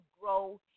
grow